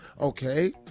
Okay